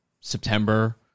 September